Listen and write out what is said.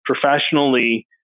professionally